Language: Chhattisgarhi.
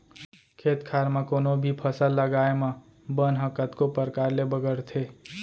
खेत खार म कोनों भी फसल लगाए म बन ह कतको परकार ले बगरथे